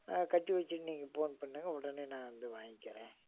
கட்டி வச்சிட்டு நீங்கள் போன் பண்ணுங்க உடனே நான் வந்து வாங்கிக்கிறேன்